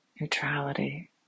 neutrality